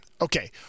Okay